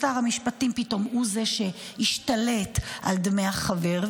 שר המשפטים פתאום הוא זה שישתלט על דמי החבר,